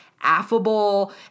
Affable